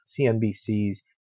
CNBC's